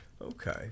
okay